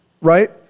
Right